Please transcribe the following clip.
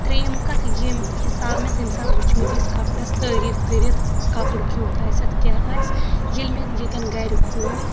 ترٛیٚیِم کتھ ییٚمہِ حِسابہٕ مےٚ تمہِ ساتہٕ وُچھمٕتۍ أسۍ کپرس تعاریٖف کٔرِتھ کپُر کیُتھ آسہِ اَتھ کیٛاہ آسہِ ییٚہِ مےٚ ییٚتٮ۪ن گرِ کھوٗل